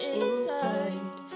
inside